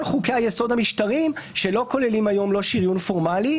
חוקי היסוד המשטריים שלא כוללים היום לא שריון פורמלי,